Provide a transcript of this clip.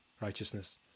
righteousness